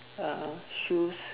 uh shoes